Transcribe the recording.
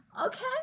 okay